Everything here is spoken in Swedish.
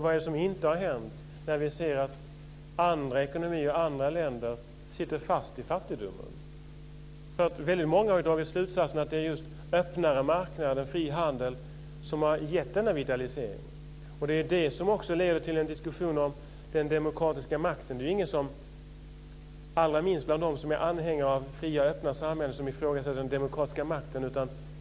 Vad är det som inte har hänt i andra ekonomier eller länder som vi ser sitter fast i fattigdomen? Väldigt många har dragit slutsatsen att det är just öppnare marknader och fri handel som har gett denna vitalisering. Det är det som också leder till en diskussion om den demokratiska makten. Det är ingen, allra minst bland dem som är anhängare av fria och öppna samhällen, som ifrågasätter den demokratiska makten.